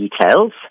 details